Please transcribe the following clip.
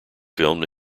filmed